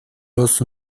los